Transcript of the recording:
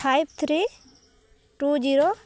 five three two zero